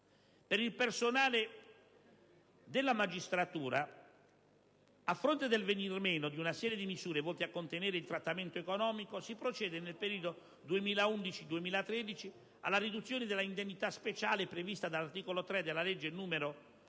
Per il personale della magistratura, a fronte del venir meno di una serie di misure volte a contenere il trattamento economico, si procede nel periodo 2011-2013 alla riduzione dell'indennità speciale prevista dall'articolo 3 della legge 19